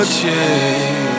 change